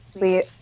we-